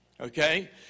Okay